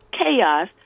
chaos